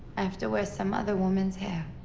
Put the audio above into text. i have to wear some other woman's hair.